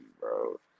bro